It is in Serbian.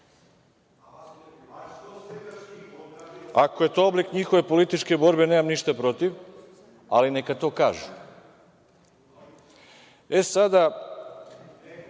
Ako je to oblik njihove političke borbe, nemam ništa protiv, ali neka to kažu. Sada,